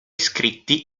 scritti